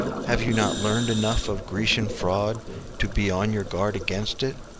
have you not learned enough of grecian fraud to be on your guard against it?